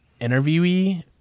interviewee